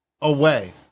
away